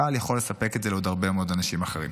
צה"ל יכול לספק את זה לעוד הרבה מאוד אנשים אחרים.